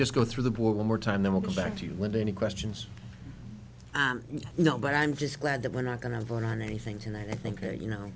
just go through the bull more time then we'll come back to you with any questions you know but i'm just glad that we're not going to vote on anything tonight i think or you know